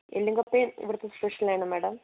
എല്ലും കപ്പയും ഇവിടുത്തെ സ്പെഷ്യൽ ആണ് മാഡം